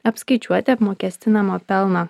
apskaičiuoti apmokestinamą pelną